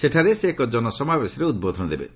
ସେଠାରେ ସେ ଏକ ଜନସମାବେଶରେ ଉଦ୍ବୋଧନ ଦେବେ